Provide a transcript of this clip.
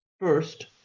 First